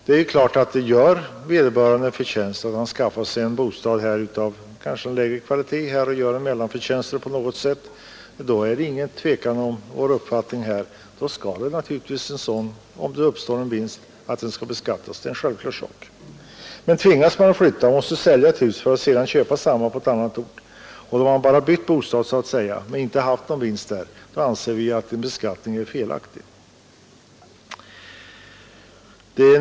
Gör vederbörande en förtjänst, t.ex. genom att han skaffar sig en bostad av lägre kvalitet, då är det ingen tvekan om vår uppfattning att om det uppstår en vinst, så skall den beskattas. Men tvingas man att flytta och att sälja sitt hus, och man sedan köper ett likadant hus på en annan ort, om man så att säga bara bytt bostad och inte haft någon vinst, så anser vi att en beskattning är felaktig.